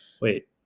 wait